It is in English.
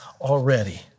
already